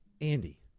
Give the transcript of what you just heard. Andy